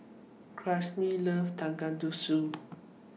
loves Tonkatsu